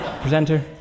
presenter